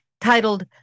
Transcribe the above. titled